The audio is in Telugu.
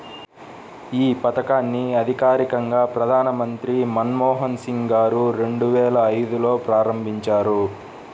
యీ పథకాన్ని అధికారికంగా ప్రధానమంత్రి మన్మోహన్ సింగ్ గారు రెండువేల ఐదులో ప్రారంభించారు